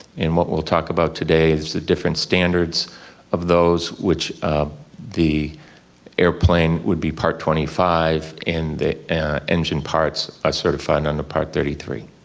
and what we'll talk about today is the different standards of those which the airplane would be part twenty five and the engine parts ah certified under part thirty three.